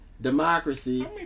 democracy